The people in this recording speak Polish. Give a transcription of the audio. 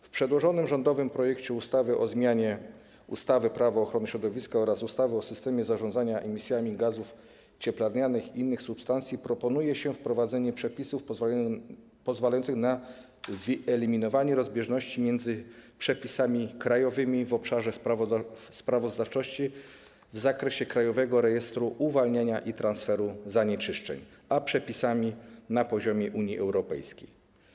W przedłożonych rządowym projekcie ustawy o zmianie ustawy - Prawo ochrony środowiska oraz ustawy o systemie zarządzania emisjami gazów cieplarnianych i innych substancji proponuje się wprowadzenie przepisów pozwalających na wyeliminowanie rozbieżności między przepisami krajowymi w obszarze sprawozdawczości w zakresie Krajowego Rejestru Uwalniania i Transferu Zanieczyszczeń a przepisami na poziomie Unii Europejskiej.